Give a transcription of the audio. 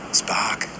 spark